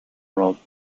rolled